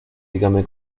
dígame